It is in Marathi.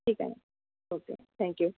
ठीक आहे ओके थेंक्यू